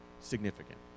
significant